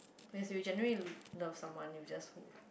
which you generally love someone you just hold